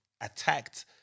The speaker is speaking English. attacked